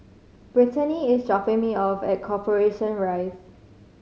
Brittanie is dropping me off at Corporation Rise